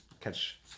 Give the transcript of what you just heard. catch